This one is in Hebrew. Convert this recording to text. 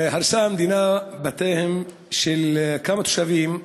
הרסה המדינה בתיהם של כמה תושבים,